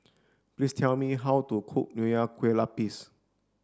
please tell me how to cook Nonya Kueh Lapis